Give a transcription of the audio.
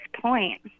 point